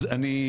אז אני,